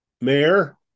mayor